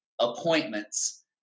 appointments